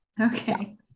Okay